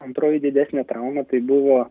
antroji didesnė trauma tai buvo